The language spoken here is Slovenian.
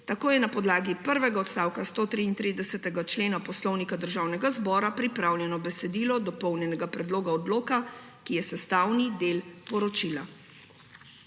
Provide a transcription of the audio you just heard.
Tako je na podlagi prvega odstavka 133. člena Poslovnika Državnega zbora pripravljeno besedilo dopolnjenega predloga odloka, ki je sestavni del poročila.